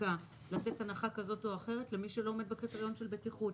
הצדקה לתת הנחה כזאת או אחרת למי שלא עומד בקריטריון של בטיחות.